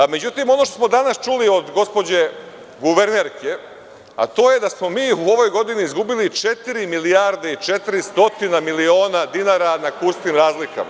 Međutim, ono što smo danas čuli od gospođe guvernerke, a to je da smo mi u ovoj godini izgubili 4 milijarde i 400 miliona dinara na kursnim razlikama.